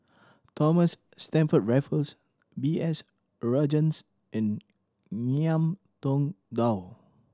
Thomas Stamford Raffles B S Rajhans and Ngiam Tong Dow